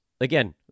again